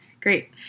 Great